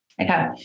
Okay